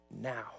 now